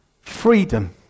freedom